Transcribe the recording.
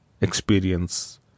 experience